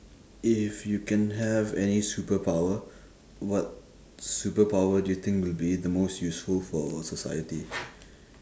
if you can have any superpower what superpower do you think will be the most useful for society